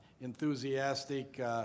enthusiastic